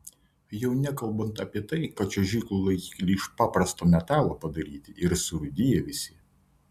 jau nekalbant apie tai kad čiuožyklų laikikliai iš paprasto metalo padaryti ir surūdiję visi